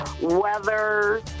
weather